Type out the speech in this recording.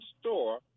store